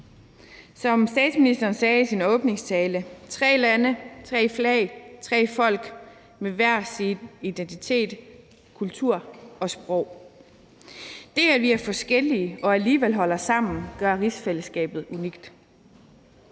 Som statsministeren sagde i sin åbningstale: tre lande, tre flag, tre folk med hver sin identitet, kultur og sprog. Det, at vi er forskellige og alligevel holder sammen, gør rigsfællesskabet unikt.